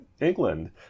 England